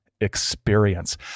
experience